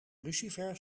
lucifer